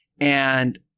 and-